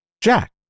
Jack